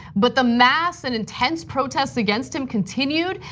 but the mass and intense protests against him continued.